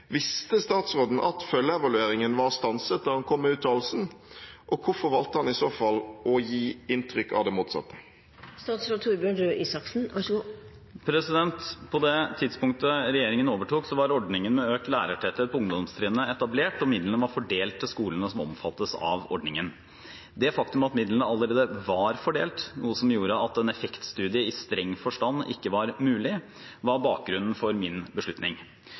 Visste statsråden at følgeevalueringen var stanset da han kom med uttalelsen, og hvorfor valgte han i så fall å gi inntrykk av det motsatte?» På det tidspunktet regjeringen overtok, var ordningen med økt lærertetthet på ungdomstrinnet etablert, og midlene var fordelt til skolene som omfattes av ordningen. Det faktum at midlene allerede var fordelt, noe som gjorde at en effektstudie i streng forstand ikke var mulig, var bakgrunnen for min beslutning.